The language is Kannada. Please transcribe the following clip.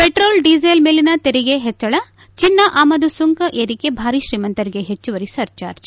ಪೆಟ್ರೋಲ್ ಡೀಸೆಲ್ ಮೇಲಿತ ತೆರಿಗೆ ಹೆಚ್ಚಳ ಚಿನ್ನ ಆಮದು ಸುಂಕ ಏರಿಕೆ ಭಾರಿ ಶ್ರೀಮಂತರಿಗೆ ಹೆಚ್ಚುವರಿ ಸರ್ಚಾರ್ಜ್